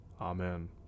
Amen